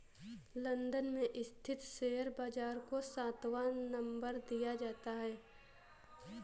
London में स्थित share बाजार को सातवां नम्बर दिया जाता है